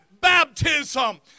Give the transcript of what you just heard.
baptism